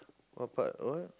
what part what